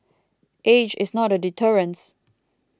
age is not a deterrence